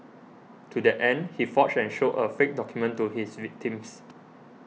to that end he forged and showed a fake document to his victims